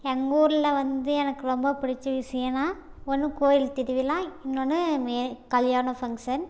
எங்கள் ஊரில் வந்து எனக்கு ரொம்ப பிடிச்ச விஷயம்னா ஒன்று கோயில் திருவிழா இன்னொன்று கல்யாண ஃபங்ஷன்